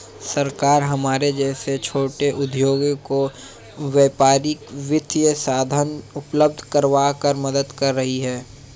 सरकार हमारे जैसे छोटे उद्योगों को व्यापारिक वित्तीय साधन उपल्ब्ध करवाकर मदद कर रही है